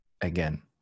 again